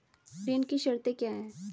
ऋण की शर्तें क्या हैं?